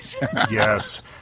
yes